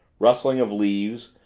rustling of leaves,